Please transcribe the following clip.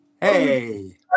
Hey